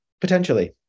potentially